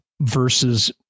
versus